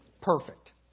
Perfect